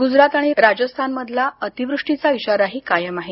गुजरात आणि राजस्थामधला अतीवृष्टीचा इशाराही कायम आहे